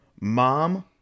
Mom